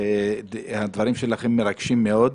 הדברים שלהם מרגשים מאוד.